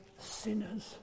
sinners